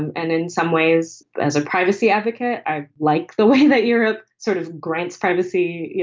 and in some ways, as a privacy advocate, i like the way that europe sort of grants privacy, you